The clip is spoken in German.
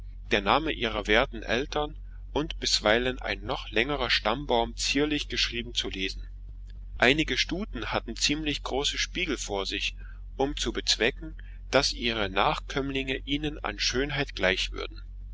der name ihrer werten eltern und bisweilen ein noch längerer stammbaum zierlich geschrieben zu lesen einige stuten hatten ziemlich große spiegel vor sich um zu bezwecken daß ihre nachkömmlinge ihnen an schönheit gleich würden